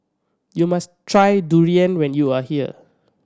you must try durian when you are here